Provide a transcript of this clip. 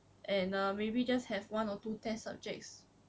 and uh maybe just have one or two test subjects